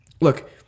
look